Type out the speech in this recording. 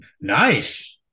Nice